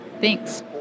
Thanks